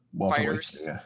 fighters